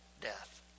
death